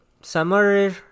summer